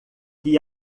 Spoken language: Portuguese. que